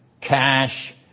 cash